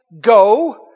go